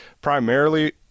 primarily